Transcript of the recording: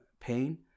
pain